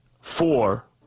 Four